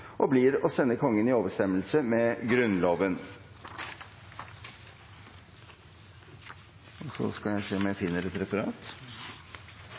og blir å sende Kongen i overensstemmelse med Grunnloven.